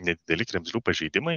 nedideli kremzlių pažeidimai